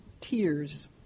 tears